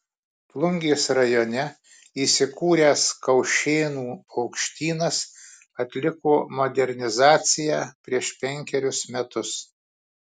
plungės rajone įsikūręs kaušėnų paukštynas atliko modernizaciją prieš penkerius metus